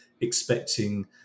expecting